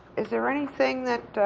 is there anything that